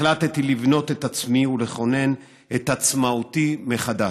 החלטתי לבנות את עצמי ולכונן את עצמאותי מחדש".